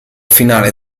finale